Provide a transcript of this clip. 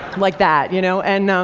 like that, you know and know.